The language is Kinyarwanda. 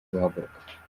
guhaguruka